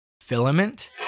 Filament